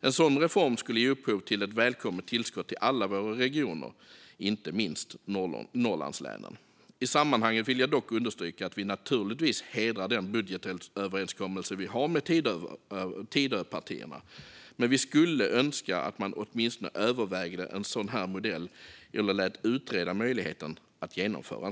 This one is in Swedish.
En sådan reform skulle ge upphov till ett välkommet tillskott till alla våra regioner, inte minst Norrlandslänen. I sammanhanget vill jag understryka att vi naturligtvis hedrar den budgetöverenskommelse vi har med Tidöpartierna, men vi skulle önska att man åtminstone övervägde en sådan här modell eller lät utreda möjligheten att genomföra den.